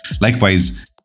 Likewise